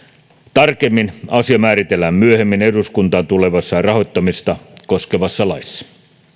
tarkemmin asia määritellään myöhemmin eduskuntaan tulevassa rahoittamista koskevassa laissa